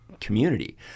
community